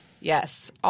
Yes